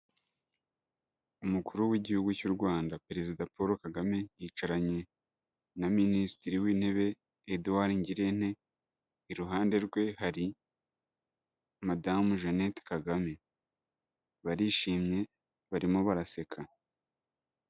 Umukuru w'igihugu cy'u Rwanda perezida Paul Kagame, yicaranye na Minisitiri w'Intebe Edauard Ngirente iruhande rwe hari madamu Jeannette Kagame barishimye barimo baraseka.